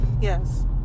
Yes